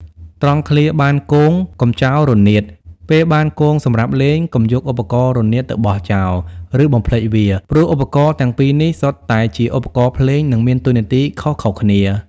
ត្រង់ឃ្លា បានគង ចូរកុំចោលរនាត ពេលបានគងសម្រាប់លេង កុំយកឧបករណ៍រនាតទៅបោះចោល ឬបំភ្លេចវា ព្រោះឧបករណ៍ទាំងពីរនេះសុទ្ធតែជាឧបករណ៍ភ្លេង និងមានតួនាទីខុសៗគ្នា។